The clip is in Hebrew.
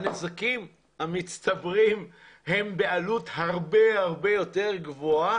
הנזקים המצטברים הם בעלות הרבה הרבה יותר גבוהה